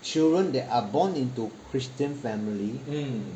children that are born into christian family